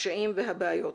הקשיים והבעיות.